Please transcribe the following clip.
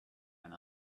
and